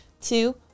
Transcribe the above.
two